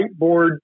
whiteboard